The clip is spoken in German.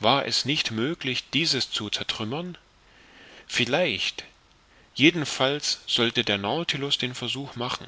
war es nicht möglich dieses zu zertrümmern vielleicht jedenfalls sollte der nautilus den versuch machen